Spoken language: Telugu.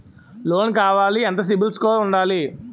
లోన్ కావాలి ఎంత సిబిల్ స్కోర్ ఉండాలి?